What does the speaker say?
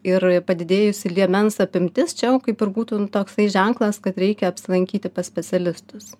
ir padidėjusi liemens apimtis čia jau kaip ir būtų nu toksai ženklas kad reikia apsilankyti pas specialistus